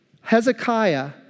Hezekiah